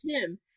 Tim